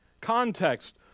Context